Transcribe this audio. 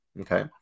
Okay